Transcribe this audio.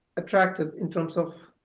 attracted in terms of